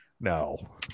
No